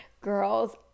girls